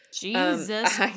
Jesus